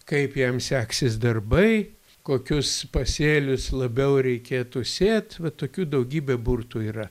kaip jam seksis darbai kokius pasėlius labiau reikėtų sėt va tokių daugybė burtų yra